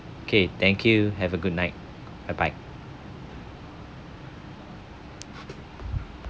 okay thank you have a good night bye bye